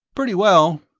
pretty well.